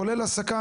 כולל העסקה,